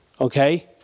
okay